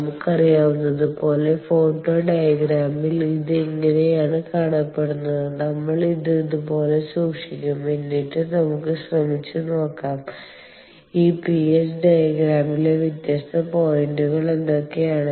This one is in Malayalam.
നമുക്കറിയാവുന്നതുപോലെ ഫോട്ടോ ഡയഗ്രാമിൽ ഇത് ഇങ്ങനെയാണ് കാണപ്പെടുന്നത് നമ്മൾ ഇത് ഇതുപോലെ സൂക്ഷിക്കും എന്നിട്ട് നമുക്ക് ശ്രമിച്ച് നോക്കാം ഈ ph ഡയഗ്രാമിലെ വ്യത്യസ്ത പോയിന്റുകൾ എന്തൊക്കെയാണ്